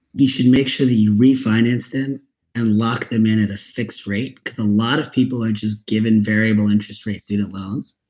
you should make sure that you refinance them and lock them in at a fixed rate. a lot of people are just given variable interest rate student loans.